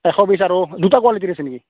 এশ বিছ আৰু দুটা কোৱালিটিৰ আছে নেকি